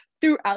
throughout